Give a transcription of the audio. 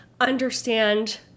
understand